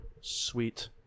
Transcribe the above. sweet